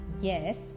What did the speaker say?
Yes